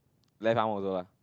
left arm also lah